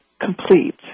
complete